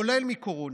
כולל מקורונה,